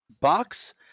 box